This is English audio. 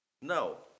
no